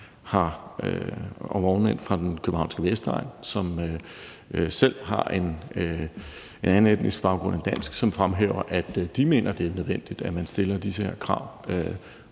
og vognmænd fra den københavnske vestegn, som selv har en anden etnisk baggrund end dansk, og som fremhæver, at de mener, at det er nødvendigt, at man stiller de her krav,